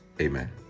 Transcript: amen